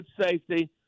safety